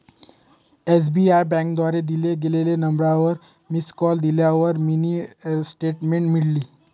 SBI बँकेद्वारे दिल्या गेलेल्या नंबरवर मिस कॉल दिल्यावर मिनी स्टेटमेंट मिळाली